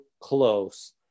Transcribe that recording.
close